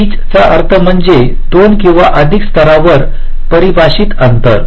peach चा अर्थ म्हणजे दोन किंवा अधिक स्तरांवर परिभाषित अंतर